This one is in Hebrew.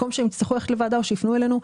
במקום שיצטרכו ללכת לוועדה או שיפנו אלינו.